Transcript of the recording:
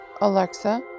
Alexa